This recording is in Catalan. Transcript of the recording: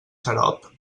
xarop